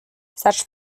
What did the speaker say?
such